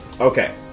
Okay